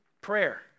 prayer